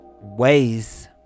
ways